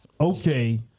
Okay